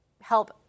help